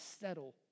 settle